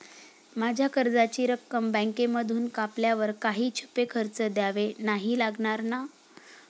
माझ्या कर्जाची रक्कम बँकेमधून कापल्यावर काही छुपे खर्च द्यावे नाही लागणार ना?